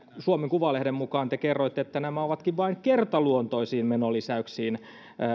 suomen kuvalehden mukaan te kerroitte että nämä työllisyystavoitteen saavuttamiset ovatkin vain kertaluontoisiin menolisäyksiin